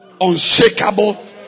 unshakable